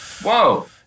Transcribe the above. Whoa